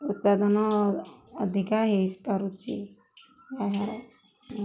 ଉତ୍ପାଦନ ଅଧିକା ହୋଇପାରୁଛି ଏହା